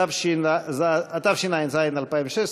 התשע"ז 2016,